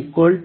ಈಗ